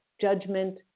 judgment